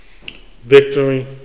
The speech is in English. Victory